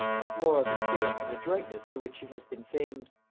but more of the spirit and adroitness, for which she has been famed.